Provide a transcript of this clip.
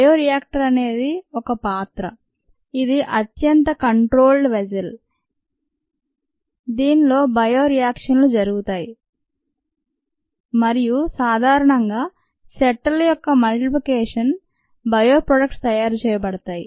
bio reactor అనేది ఒక పాత్ర ఇది అత్యంత కంట్రోల్డ్ వెస్సెల్ దీనిలో బయోరియాక్షన్ లు జరుగుతాయి మరియు సాధారణంగా సెట్ ల యొక్క ముల్తిప్లికేషన్ బయో ప్రొడక్ట్స్ తయారు చేయబడతాయి